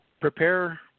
prepare